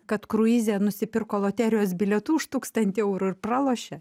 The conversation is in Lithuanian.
kad kruize nusipirko loterijos bilietų už tūkstantį eurų ir pralošė